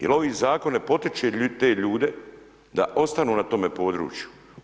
Jer ovaj zakon ne potiče te ljude da ostanu na tome području.